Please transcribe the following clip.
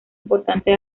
importante